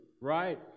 right